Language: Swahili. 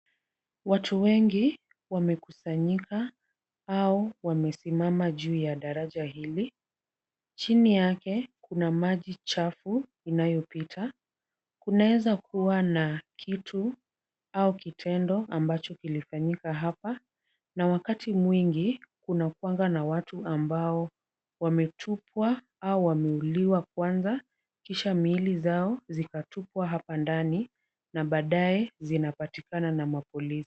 Watu wengi wamekusanyika au wamesimama juu ya daraji hili, chini yake kuna maji chafu inayopita. Kunaweza kuwa na kitu au kitendo ambacho kilifanyika hapa na wakati mwingi kunakuwanga na watu ambao wametupwa au wameuliwa kwanza kisha miili zao zikatupwa hapa ndani na baadaye zinapatikana na mapolisi.